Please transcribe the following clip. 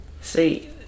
see